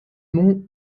monts